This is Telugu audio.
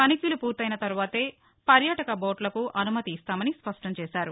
తనిఖీలు పూర్తయిన తర్వాతే పర్యాటక బోట్లకు అనుమతి ఇస్తామని స్పష్టం చేశారు